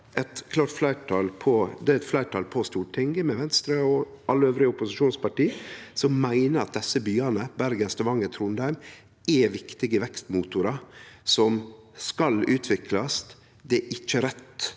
er eit fleirtal på Stortinget, med Venstre og alle dei andre opposisjonspartia, som meiner at desse byane – Bergen, Stavanger og Trondheim – er viktige vekstmotorar som skal utviklast. Det er ikkje rett